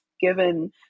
given